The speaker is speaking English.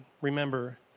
remember